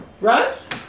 Right